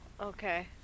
okay